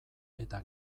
eta